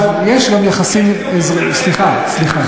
סליחה, סליחה.